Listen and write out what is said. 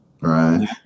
right